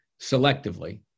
selectively